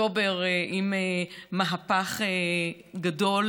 אוקטובר עם מהפך גדול,